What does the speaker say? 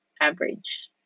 average